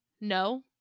No